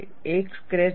એક સ્કેચ છે